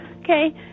okay